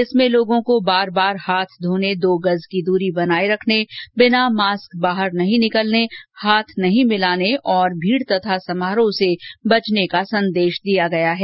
इसमें लोगों को बार बार हाथ धोने दो गज़ की दूरी बनाए रखने बिना मास्क बाहर न निकलने हाथ नहीं मिलाने और भीड़ तथा समारोह से बचने का संदेश दिया गया है